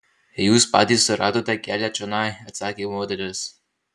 jūs patys suradote kelią čionai atsakė moteris